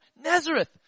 Nazareth